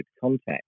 context